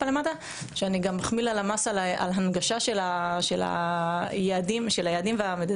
שאני גם אחמיא ללמ"ס על ההנגשה של היעדים והמדדים,